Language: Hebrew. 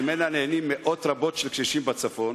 ונהנים מזה מאות רבות של קשישים בצפון.